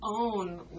own